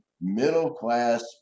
middle-class